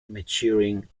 maturing